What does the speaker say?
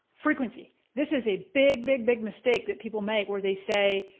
frequency. this is a big big big mistake that people make where they say,